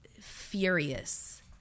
furious